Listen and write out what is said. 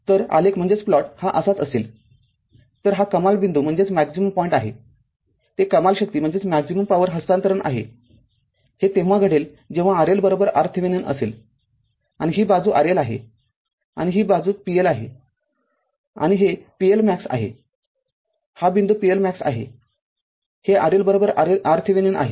तर आलेख हा असाच असेल तर हा कमाल बिंदू आहे ते कमाल शक्ती हस्तांतरण आहे हे तेव्हा घडेल जेव्हा RL RThevenin असेल आणि ही बाजू RL आहे आणि ही बाजू p L आहे आणि हे pLmax आहे हा बिंदू pLmax आहे आणि हे RL RThevenin आहे